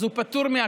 אז הוא פטור מהקנס,